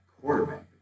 quarterback